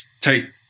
take